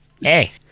Hey